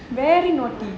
very naughty